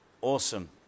awesome